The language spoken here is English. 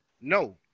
No